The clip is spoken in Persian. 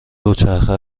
دوچرخه